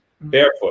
barefoot